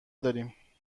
داریم